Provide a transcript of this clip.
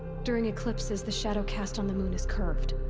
during eclipses, the shadow cast on the moon is curved.